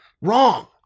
Wrong